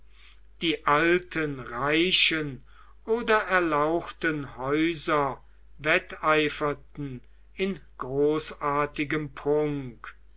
die alten reichen oder erlauchten häuser wetteiferten in großartigem prunk